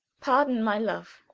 pardon my love!